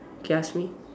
K ask me